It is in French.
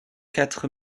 quatre